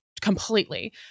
completely